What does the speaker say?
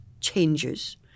changes